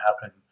Happen